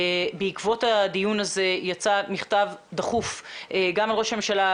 בעקבות הדיון הזה יצא מכתב דחוף גם אל ראש הממשלה,